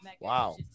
Wow